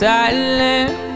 Silent